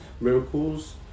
miracles